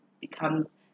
becomes